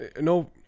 no